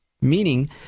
meaning